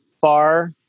far